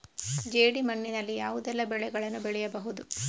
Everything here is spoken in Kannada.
ಜೇಡಿ ಮಣ್ಣಿನಲ್ಲಿ ಯಾವುದೆಲ್ಲ ಬೆಳೆಗಳನ್ನು ಬೆಳೆಯಬಹುದು?